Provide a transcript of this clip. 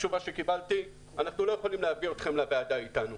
התשובה שקיבלתי: אנחנו לא יכולים להביא איתכם לוועדה איתנו.